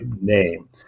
name